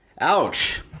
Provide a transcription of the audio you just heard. Ouch